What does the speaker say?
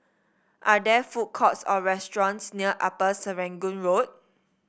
are there food courts or restaurants near Upper Serangoon Road